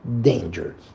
danger